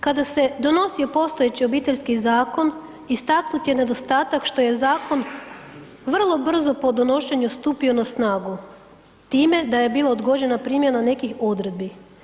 Kada se donosio postojeći Obiteljski zakon istaknut je nedostatak što je zakon vrlo brzo po donošenju stupio na snagu, time da je bila odgođena primjena nekih odredbi.